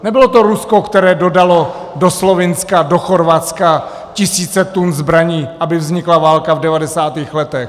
Nebylo to Rusko, které dodalo do Slovinska, do Chorvatska tisíce tun zbraní, aby vznikla válka v devadesátých letech.